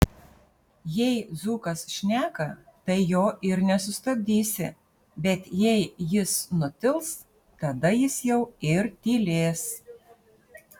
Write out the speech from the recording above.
jei dzūkas šneka tai jo ir nesustabdysi bet jei jis nutils tada jis jau ir tylės